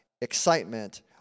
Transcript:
excitement